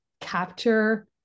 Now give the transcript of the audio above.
capture